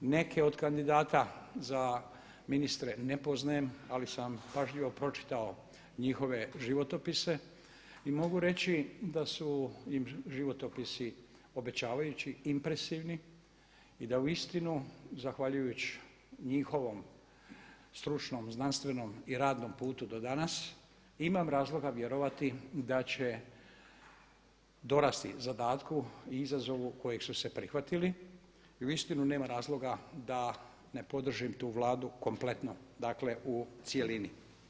Neke od kandidata za ministre ne poznajem ali sam pažljivo pročitao njihove životopise i mogu reći da su im životopisi obećavajući, impresivni i da uistinu zahvaljujući njihovom stručnom, znanstvenom i radnom putu do danas imam razloga vjerovati da će dorasti zadatku i izazovu kojeg su se prihvatili i uistinu nema razloga da ne podržim tu Vladu kompletno, dakle u cjelini.